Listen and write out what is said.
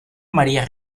maria